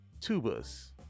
tubas